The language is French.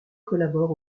collabore